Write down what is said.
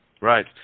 right